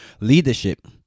Leadership